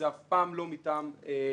זה אף פעם לא מטעם ור"מ.